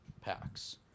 packs